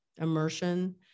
immersion